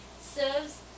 serves